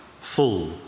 full